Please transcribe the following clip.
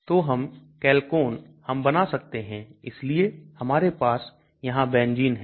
तो हम Chalcone हम बना सकते हैं इसलिए हमारे पास यहां benzene है